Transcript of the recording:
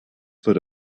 foot